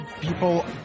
People